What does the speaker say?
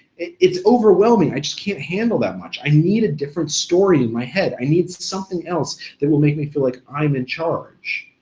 it's overwhelming, i just can't handle that much. i need a different story in my head, i need something else that will make me feel like i'm in charge.